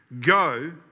go